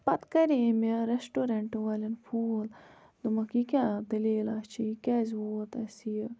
پَتہٕ کَرے مےٚ رٮ۪سٹورَنٹ والٮ۪ن فوٗل دوٚپَکھ یہِ کیٛاہ دٔلیٖل چھِ یہِ کیٛازِ ووت اَسہِ یہِ